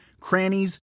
crannies